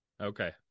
Okay